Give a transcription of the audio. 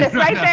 right there!